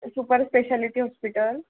super speciality hospital